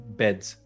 beds